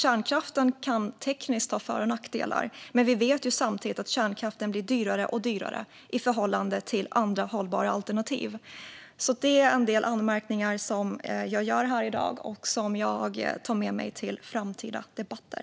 Kärnkraften kan tekniskt ha för och nackdelar, men vi vet ju samtidigt att kärnkraften blir dyrare och dyrare i förhållande till andra, hållbara alternativ. Det är en del anmärkningar som jag gör här i dag och som jag tar med mig till framtida debatter.